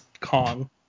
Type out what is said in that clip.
Kong